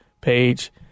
page